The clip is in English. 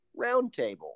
Roundtable